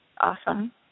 Awesome